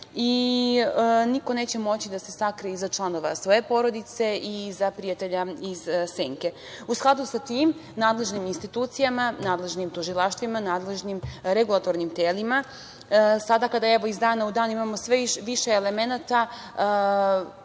i niko neće moći da se sakrije iza članova svoje porodice ili iza prijatelja iz senke.U skladu sa tim, nadležnim institucijama, nadležnim tužilaštvima, nadležnim regulatornim telima, sada kada iz dana u dan imamo sve više elemenata,